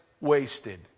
wasted